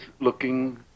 looking